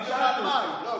לא,